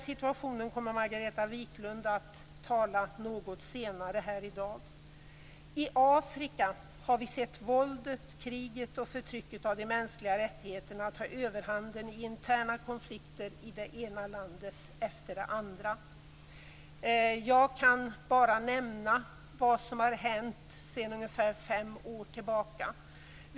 Situationen där kommer Margareta Viklund att återkomma till något senare här i dag. I Afrika har vi sett våldet, kriget och förtrycket av de mänskliga rättigheterna ta överhanden i interna konflikter i det ena landet efter det andra. Jag kan bara nämna vad som händer sedan ungefär fem år tillbaka.